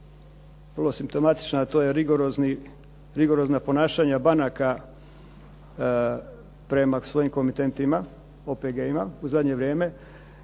vrlo simptomatična a to je rigorozna ponašanja banaka prema svojim komitentima, OPG-ima u zadnje vrijeme.